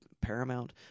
Paramount